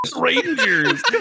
Rangers